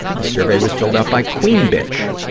this survey was filled out by queen bitch.